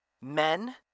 men